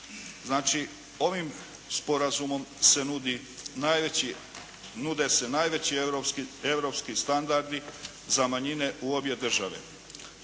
Znači, ovim sporazumom se nude najveći europski standardi za manjine u obje države.